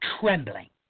trembling